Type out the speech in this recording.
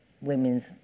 women's